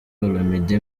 olomide